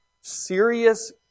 serious